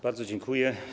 Bardzo dziękuję.